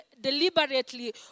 deliberately